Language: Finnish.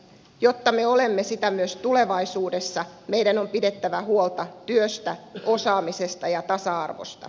jotta me olemme sitä myös tulevaisuudessa meidän on pidettävä huolta työstä osaamisesta ja tasa arvosta